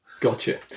Gotcha